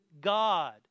God